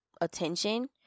attention